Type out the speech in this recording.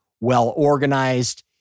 well-organized